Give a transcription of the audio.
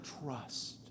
trust